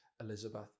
Elizabeth